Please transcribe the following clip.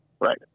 Right